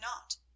not